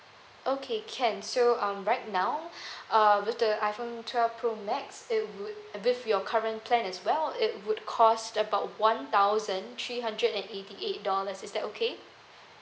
okay can so um right now uh with the iphone twelve pro max it would with your current plan as well it would cost about one thousand three hundred and eighty eight dollars is that okay